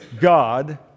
God